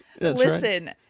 Listen